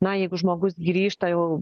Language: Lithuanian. na jeigu žmogus grįžta jau